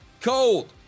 cold